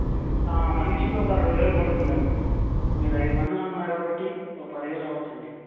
మనిషికి ఒక రెండు వేలు పడుతుందండి మీరు ఐదు మంది అంటున్నారు కాబట్టి ఒక పదివేలు అవ్వచ్చు అండి